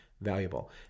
Valuable